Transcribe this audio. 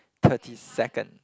thirty seconds